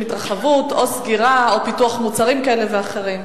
התרחבות או סגירה או פיתוח מוצרים כאלה ואחרים.